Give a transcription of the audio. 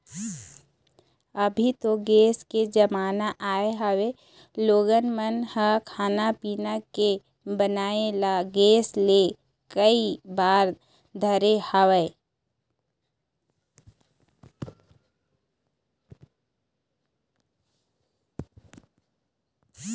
अभी तो गेस के जमाना आय हवय लोगन मन ह खाना पीना के बनई ल गेस ले करे बर धरे हवय